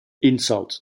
insult